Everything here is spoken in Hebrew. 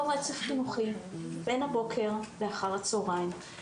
רצף חינוכי בין הבוקר לאחר הצהרים.